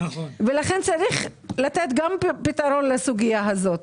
לכן צריך לתת גם פתרון לסוגיה הזאת.